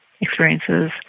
experiences